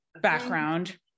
background